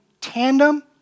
tandem